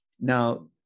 Now